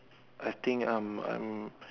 I think I'm I'm